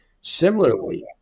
Similarly